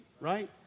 right